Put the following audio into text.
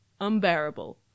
unbearable